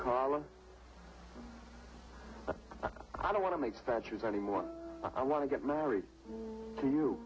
carla i don't want to make statues anymore i want to get married to you